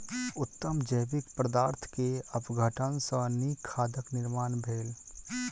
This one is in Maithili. उत्तम जैविक पदार्थ के अपघटन सॅ नीक खादक निर्माण भेल